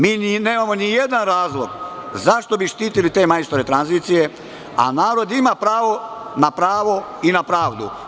Mi nemamo nijedan razlog zašto bi štitili te majstore tranzicije, a narod ima pravo na pravo i na pravdu.